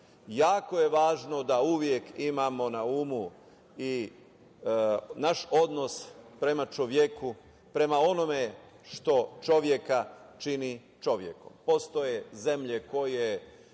jako je važno da uvek imamo na umu i naš odnos prema čoveku, prema onome što čoveka čini čovekom. Postoje zemlje koje